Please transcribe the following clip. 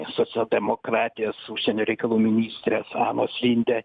socialdemokratijos užsienio reikalų ministrės anos linde